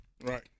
Right